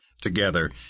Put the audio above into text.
Together